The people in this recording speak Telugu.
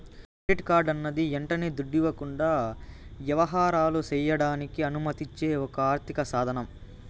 కెడిట్ కార్డన్నది యంటనే దుడ్డివ్వకుండా యవహారాలు సెయ్యడానికి అనుమతిచ్చే ఒక ఆర్థిక సాదనం